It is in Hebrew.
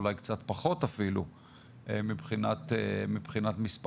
אולי קצת פחות אפילו מבחינת מספרים.